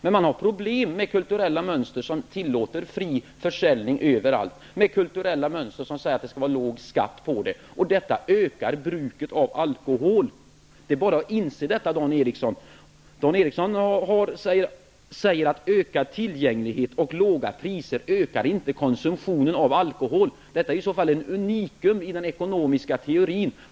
Men man har problem med kulturella mönster som tillåter fri försäljning överallt, med kulturella mönster som säger att det skall vara låg skatt. Detta ökar bruket av alkohol. Det är bara att inse detta, Dan Eriksson. Dan Eriksson säger att ökad tillgänglighet och låga priser inte ökar konsumtionen av alkohol. Detta är i så fall ett unikum i den ekonomiska teorin.